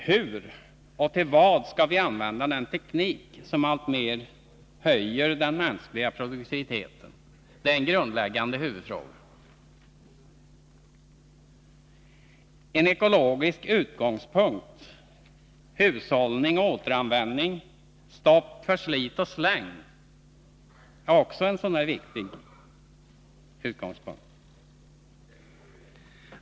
Hur och till vad skall vi använda den teknik som alltmer höjer den mänskliga produktiviteten? Det är en grundläggande huvudfråga. Ekologisk utgångspunkt, hushållning och återanvändning, stopp för slitoch släng-mentaliteten är andra viktiga huvudfrågor.